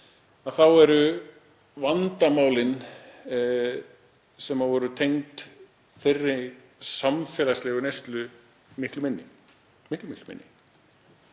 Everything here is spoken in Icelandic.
Þá eru vandamálin sem eru tengd þeirri samfélagslegu neyslu miklu minni.